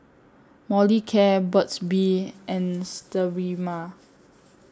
Molicare Burt's Bee and Sterimar